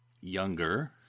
younger